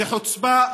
זו חוצפה,